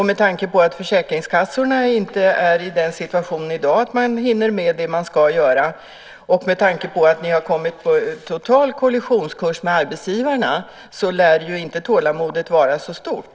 Med tanke på att försäkringskassorna inte är i den situationen i dag att de hinner med det de ska göra och att ni har kommit på total kollisionskurs med arbetsgivarna lär inte tålamodet vara så stort.